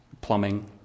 plumbing